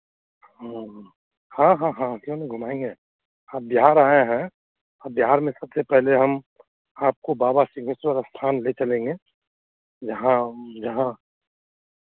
हाँ हाँ हाँ हाँ हाँ क्यों नहीं घुमाएँगे अब बिहार आए हैं अब बिहार में सबसे पहले हम आपको बाबा सिंहेश्वर स्थान ले चलेंगे जहाँ जहाँ